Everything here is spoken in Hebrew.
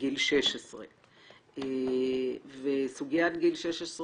גיל 16. סוגיית גיל 16,